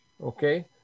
Okay